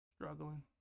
Struggling